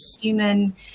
human